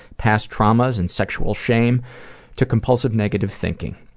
past traumas, and sexual shame to compulsive negative thinking.